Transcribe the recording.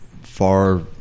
far